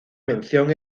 mención